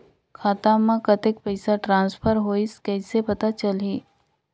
खाता म कतेक पइसा ट्रांसफर होईस कइसे पता चलही?